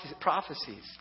prophecies